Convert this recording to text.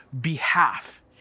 behalf